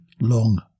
long